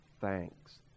thanks